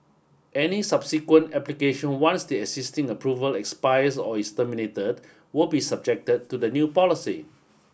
any subsequent application once the existing approval expires or is terminated will be subjected to the new policy